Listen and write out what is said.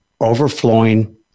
overflowing